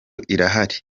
irahari